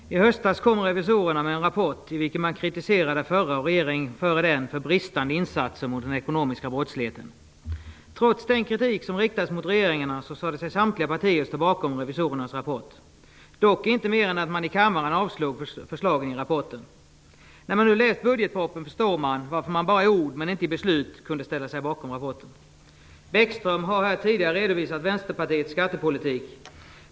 Fru talman! I höstas kom revisorerna med en rapport i vilken man kritiserade förra regeringen och regeringen före den för bristande insatser mot den ekonomiska brottsligheten. Trots den kritik som riktades mot regeringarna sade sig samtliga partier stå bakom revisorernas rapport, dock inte mer än att man i kammaren avslog förslagen med anledning av rapporten. När man nu läst budgetpropositionen förstår man varför de bara i ord men inte i beslut kunde ställa sig bakom rapporten. Lars Bäckström har här tidigare redovisat Vänsterpartiets skattepolitik.